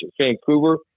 Vancouver